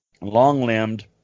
long-limbed